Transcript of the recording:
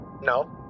No